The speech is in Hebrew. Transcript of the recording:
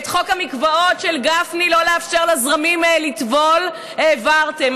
את חוק המקוואות של גפני שלא לאפשר לזרמים לטבול העברתם.